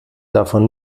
davon